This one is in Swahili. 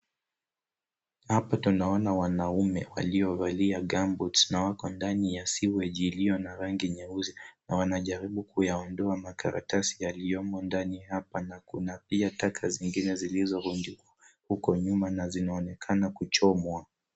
Hapa tunaona wanaume waliovalia gumboots na wako ndani ya sewage iliyo na rangi nyeusi na wanajaribu kuyaondoa makaratasi yaliyomo ndani hapa na kuna pia taka zingine zilizovunjwa huko nyuma na zinaonekana kuchomwa.